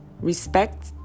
Respect